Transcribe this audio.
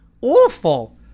Awful